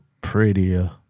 prettier